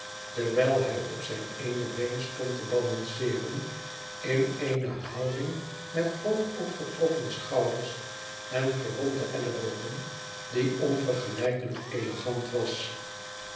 terwijl hij op zijn ééne been stond te balanceeren in eene houding met hoog opgetrokken schouders en geronde ellebogen die onvergelijkelijk elegant was